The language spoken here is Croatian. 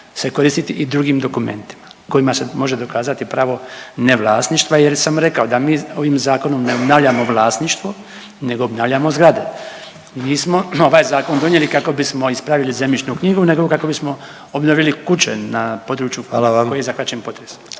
se koristiti i drugim dokumentima kojima se može dokazati pravo ne vlasništva jer sam rekao da mi ovim zakonom ne obnavljamo vlasništvo nego obnavljamo zgrade. Mi nismo ovaj zakon donijeli kako bismo ispravili zemljišnu knjigu nego kako bismo obnovili kuće na području …/Upadica: Hvala